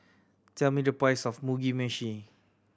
tell me the price of Mugi Meshi